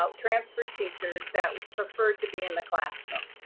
ah transfer teachers that would prefer to be in the classroom.